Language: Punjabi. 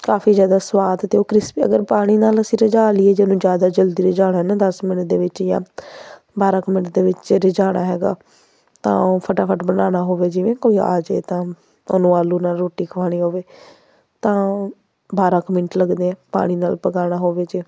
ਕਾਫੀ ਜ਼ਿਆਦਾ ਸਵਾਦ ਅਤੇ ਉਹ ਕ੍ਰਿਸਪੀ ਅਗਰ ਪਾਣੀ ਨਾਲ ਅਸੀਂ ਰਝਾ ਲਈਏ ਜੇ ਉਹਨੂੰ ਜ਼ਿਆਦਾ ਜਲਦੀ ਰਝਾਉਣਾ ਨਾ ਦਸ ਮਿੰਟ ਦੇ ਵਿੱਚ ਜਾਂ ਬਾਰਾਂ ਕੁ ਮਿੰਟ ਦੇ ਵਿੱਚ ਰਝਾਉਣਾ ਹੈਗਾ ਤਾਂ ਉਹ ਫਟਾਫਟ ਬਣਾਉਣਾ ਹੋਵੇ ਜਿਵੇਂ ਕੋਈ ਆ ਜੇ ਤਾਂ ਉਹਨੂੰ ਆਲੂ ਨਾਲ ਰੋਟੀ ਖਵਾਉਣੀ ਹੋਵੇ ਤਾਂ ਬਾਰਾਂ ਕੁ ਮਿੰਟ ਲੱਗਦੇ ਹੈ ਪਾਣੀ ਨਾਲ ਪਕਾਉਣਾ ਹੋਵੇ ਜੇ